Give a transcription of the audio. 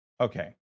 Okay